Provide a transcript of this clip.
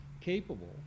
capable